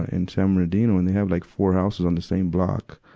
in san bernardino, and they have like four houses on the same block,